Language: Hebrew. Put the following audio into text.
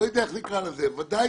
בוודאי